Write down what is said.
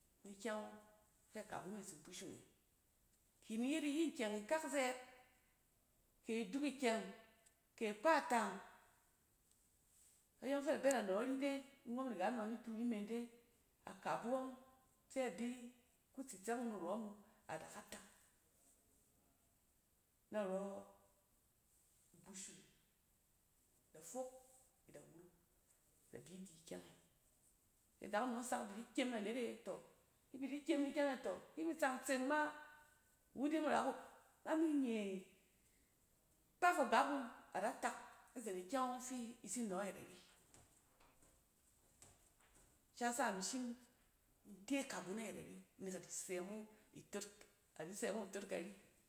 Ni kyɛng ↄng fɛ akabu me tsin gbushum e. ki ni yet iyin kyɛng ikak zɛɛt, kɛ aduk ikyɛng kɛ akpatang, ayↄng fɛ bɛ nↄ ri dai ngↄn mi riga inↄ nitu imen dai akabu ↄng fɛ a bi kutsitsɛng wu nirↄm wa ad aka tak. Narↄ igbushum, da fok da wuruk da bi di kyɛng e. Kɛ adakunom sɛk ibi di kyem na net eɛtↄ. Ki imi tsang tseng ma, iwu dai a mi ra k-ami mi nye kpaf agap wu ada tak izen ikyɛng ↄng fi itsin nↄ ayɛt ari. Shi yasa imi shim in te akabu ayɛt ari nek adi sɛ mo itot adi sɛ me itot kari.